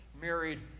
married